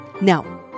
Now